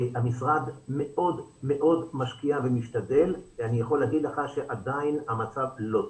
המשרד מאוד משקיע ומשתדל ואני יכול להגיד לך שעדיין המצב לא טוב.